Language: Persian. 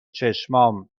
چشمام